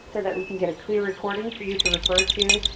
so that we can get a clear recording for you to refer to,